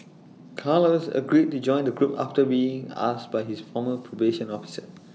Carlos agreed to join the group after being asked by his former probation officer